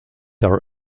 are